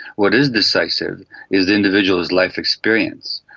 what is decisive is the individual's life experience.